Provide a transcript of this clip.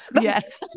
Yes